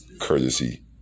Courtesy